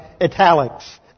italics